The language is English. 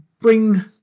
bring